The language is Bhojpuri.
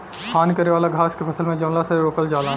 हानि करे वाला घास के फसल में जमला से रोकल जाला